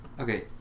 Okay